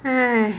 !hais!